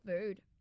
food